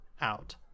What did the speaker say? out